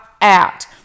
out